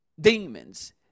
Demons